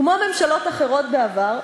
כמו ממשלות אחרות בעבר,